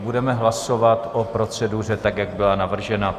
Budeme hlasovat o proceduře, tak jak byla navržena.